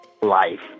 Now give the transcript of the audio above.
life